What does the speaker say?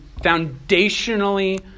foundationally